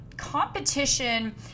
Competition